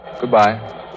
Goodbye